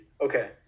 Okay